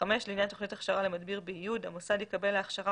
לעניין תוכנית הכשרה למדביר באיוד המוסד יקבל להכשרה